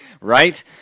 right